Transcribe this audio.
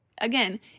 Again